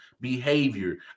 behavior